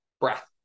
breath